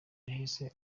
yahise